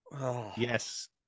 Yes